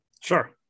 sure